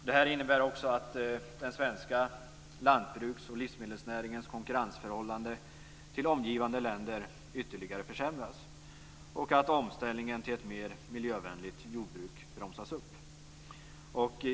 Det här innebär också att den svenska lantbruksoch livsmedelsnäringens konkurrensförhållande till omgivande länder ytterligare försämras och att omställningen till ett mer miljövänligt jordbruk bromsas upp.